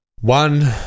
One